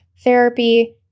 therapy